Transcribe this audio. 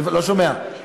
לא שומע.